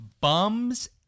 Bums